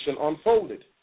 unfolded